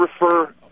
refer